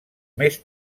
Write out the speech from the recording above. més